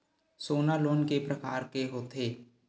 सोना लोन के प्रकार के होथे?